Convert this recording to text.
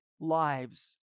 lives